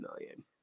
million